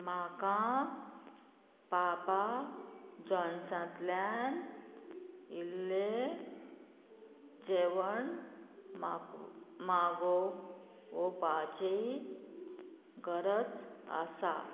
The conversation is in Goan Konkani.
म्हाका पापा जॉन्सांतल्यान इल्लें जेवण माग मागोवपाची गरज आसा